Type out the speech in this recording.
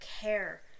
care